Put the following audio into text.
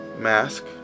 mask